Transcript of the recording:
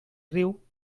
riu